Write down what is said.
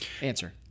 Answer